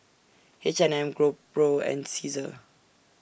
H and M GoPro and Cesar